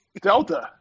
Delta